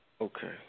Okay